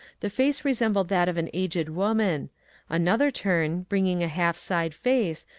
the face resembled that of an aged woman another turn, bringing a half side-face,